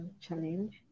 challenge